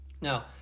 Now